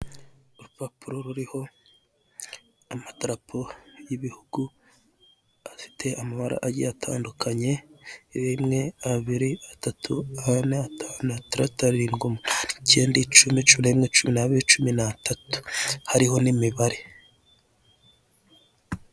Iki rero ni ikirango cyerekana ko bitemewe gukata iburyo kiri mumabara y'umutuku ndetse n'umweru hanyuzemo akarango k'umukara bireba abantu batwara ibinyabiziga ugeze ngo bakakibona ntugikurikize urahanwa.